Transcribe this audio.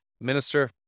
minister